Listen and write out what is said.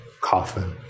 coffin